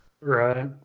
Right